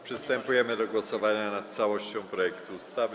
Przystępujemy do głosowania nad całością projektu ustawy.